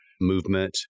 movement